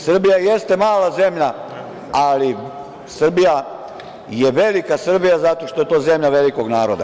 Srbija jeste mala zemlja, ali Srbija je velika Srbija zato što je to zemlja velikog naroda.